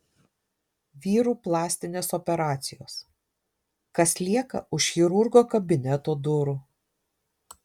vyrų plastinės operacijos kas lieka už chirurgo kabineto durų